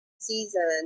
season